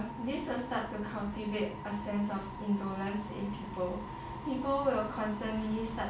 this will start to cultivate a sense of indolence in people people will constantly start